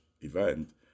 event